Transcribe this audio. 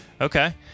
Okay